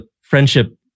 friendship